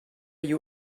you